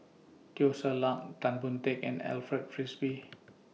Teo Ser Luck Tan Boon Teik and Alfred Frisby